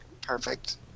perfect